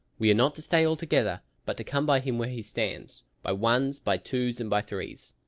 we are not to stay all together, but to come by him where he stands, by ones, by twos, and by threes.